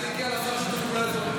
בממשלת הקודמת?